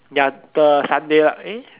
ya the Sunday lah eh